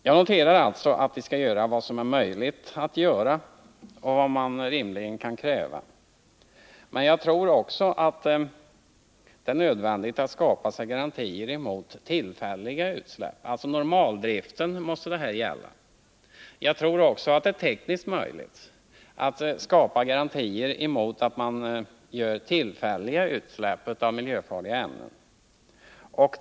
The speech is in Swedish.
Jag noterar alltså att vi skall göra vad som är möjligt att göra och vad som rimligen kan krävas. Detta måste gälla normaldriften, men jag anser att det är nödvändigt att också ge en garanti mot tillfälliga utsläpp. Jag tror att det är tekniskt möjligt att skapa garantier mot att det sker tillfälliga utsläpp av miljöfarliga ämnen.